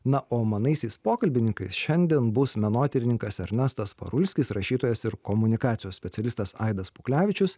na o manaisiais pokalbininkais šiandien bus menotyrininkas ernestas parulskis rašytojas ir komunikacijos specialistas aidas puklevičius